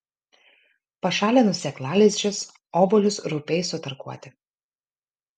pašalinus sėklalizdžius obuolius rupiai sutarkuoti